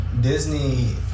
Disney